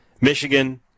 Michigan